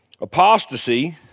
apostasy